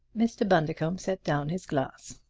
mr. bundercombe set down his glass.